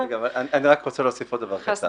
אני רוצה להוסיף עוד דבר קטן.